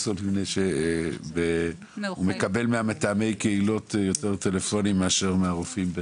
שהוא מקבל ממתאמי הקהילות יותר טלפונים מאשר מהרופאים.